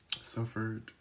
suffered